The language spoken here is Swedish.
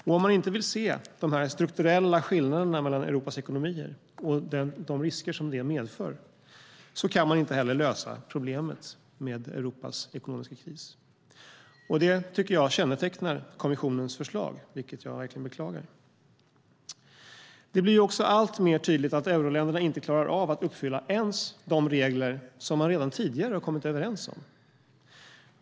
Om man inte vill se de strukturella skillnaderna mellan Europas ekonomier och de risker som det medför kan man inte heller lösa problemet med Europas ekonomiska kris. Det tycker jag kännetecknar kommissionens förslag, vilket jag verkligen beklagar. Det blir också alltmer tydligt att euroländerna inte klarar av att uppfylla ens de regler som man redan tidigare kommit överens om.